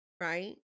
right